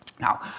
Now